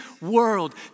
world